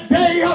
day